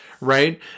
Right